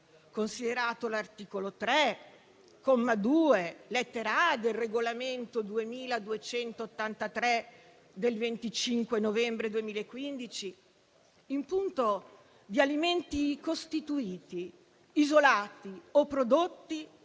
considerato l'articolo 3, comma 2, lettera *a)*, del regolamento 2283 del 25 novembre 2015 in punto di alimenti costituiti, isolati o prodotti